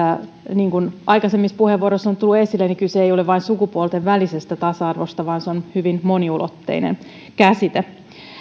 niin kuin aikaisemmissa puheenvuoroissa on tullut esille kyse ei ole vain sukupuolten välisestä tasa arvosta vaan se on hyvin moniulotteinen käsite